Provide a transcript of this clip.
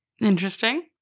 Interesting